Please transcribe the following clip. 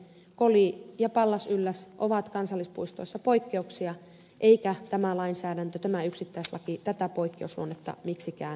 koli ja pallasylläs ovat kansallispuistoissa poikkeuksia eikä tämä lainsäädäntö tämä yksittäislaki tätä poikkeusluonnetta miksikään muuta